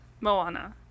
Moana